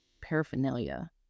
paraphernalia